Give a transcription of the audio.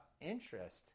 interest